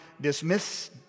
dismiss